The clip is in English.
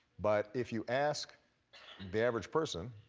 but if you ask the average person,